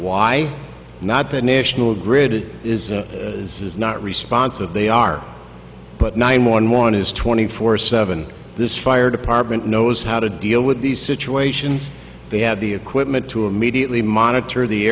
why not the national grid is is is not response of they are but nine one one is twenty four seven this fire department knows how to deal with these situations they have the equipment to immediately monitor the